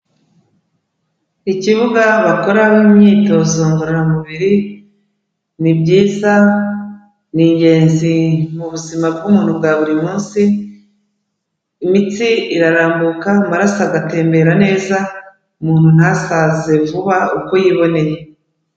Ikibuga bakoreramo imyitozo ngororamubiri, ni byiza, ni ingenzi mu buzima bw'umuntu bwa buri munsi, imitsi irarambuka, amaraso agatembera neza, umuntu ntasaze vuba uko yiboneye.